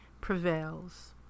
prevails